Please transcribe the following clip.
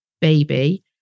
baby